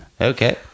Okay